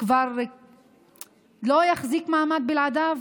כבר לא יחזיק מעמד בלעדיו?